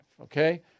okay